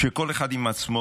כשכל אחד עם עצמו,